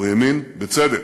הוא האמין, בצדק,